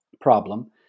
problem